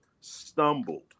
stumbled